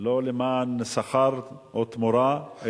לא למען שכר או תמורה,